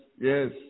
yes